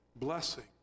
blessing